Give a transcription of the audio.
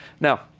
Now